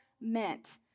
meant